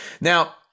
Now